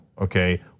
okay